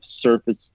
surface